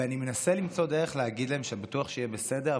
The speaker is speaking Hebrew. ואני מנסה למצוא דרך להגיד להם שאני בטוח שיהיה בסדר,